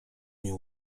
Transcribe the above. nie